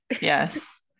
Yes